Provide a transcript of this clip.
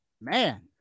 man